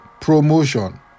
promotion